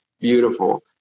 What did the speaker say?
beautiful